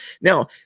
now